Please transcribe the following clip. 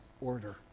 order